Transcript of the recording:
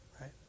right